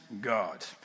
God